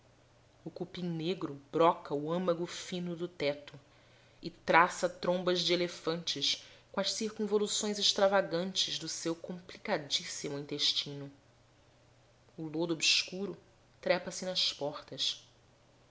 o cupim negro broca o âmago fino do teto e traça trombas de elefantes com as circunvoluções extravagantes do seu complicadíssimo intestino o lodo obscuro trepa se nas portas